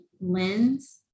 lens